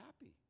happy